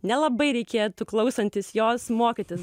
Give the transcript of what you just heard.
nelabai reikėtų klausantis jos mokytis